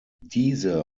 diese